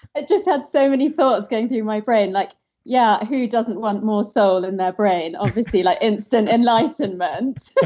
i just had so many thoughts going through my brain. like yeah, who doesn't want more soul in their brain? obviously like instant enlightenment.